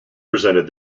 presented